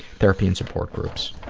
therapy and support groups,